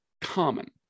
common